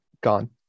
gone